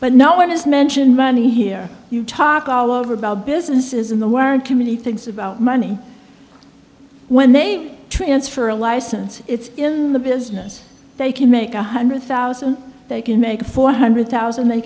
but no one has mentioned money here you talk all over about business isn't the word community thinks about money when they transfer a license it's in the business they can make one hundred thousand they can make a four hundred thousand